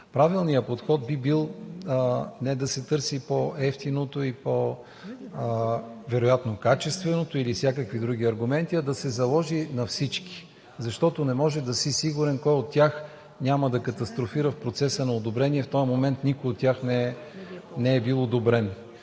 правилният подход би бил не да се търси по-евтиното и по-вероятно качественото или всякакви други аргументи, а да се заложи на всички. Защото не може да си сигурен кой от тях няма да катастрофира в процеса на одобрение. В този момент никой от тях не е бил одобрен.